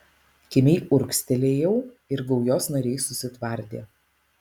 kimiai urgztelėjau ir gaujos nariai susitvardė